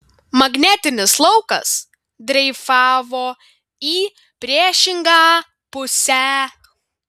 magnetinis laukas dreifavo į priešingą pusę